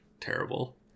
terrible